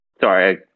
sorry